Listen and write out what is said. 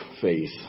faith